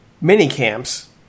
mini-camps